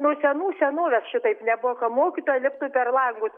nuo senų senovės šitaip nebuvo ka mokytoja liptų per langus